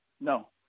No